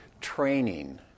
training